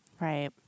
Right